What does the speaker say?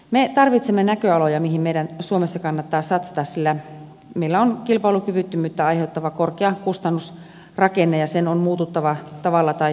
me tarvitsemme näköaloja mihin meidän suomessa kannattaa satsata sillä meillä on kilpailukyvyttömyyttä aiheuttava korkea kustannusrakenne ja sen on muututtava tavalla tai toisella